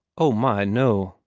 oh, my, no!